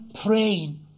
praying